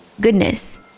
goodness